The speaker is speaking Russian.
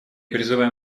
призываем